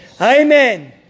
amen